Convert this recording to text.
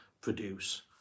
produce